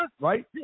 right